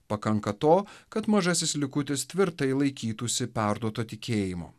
pakanka to kad mažasis likutis tvirtai laikytųsi perduoto tikėjimo